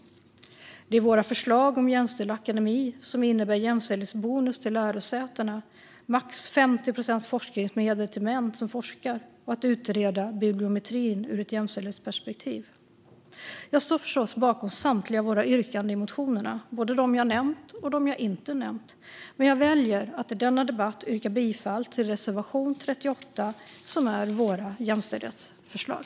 Slutligen har vi även förslag om jämställd akademi, som innebär jämställdhetsbonus till lärosätena - max 50 procent av forskningsmedlen ska gå till män som forskar - och om att bibliometrin ska utredas ur ett jämställdhetsperspektiv. Jag står förstås bakom samtliga våra yrkanden i motionerna, både dem jag har nämnt och dem jag inte har nämnt, men jag väljer att i denna debatt yrka bifall endast till reservation 38, som innehåller våra jämställdhetsförslag.